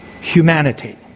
humanity